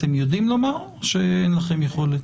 אתם יודעים לומר או שאין לכם יכולת?